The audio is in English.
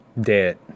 Dead